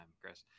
chris